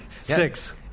Six